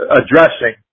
addressing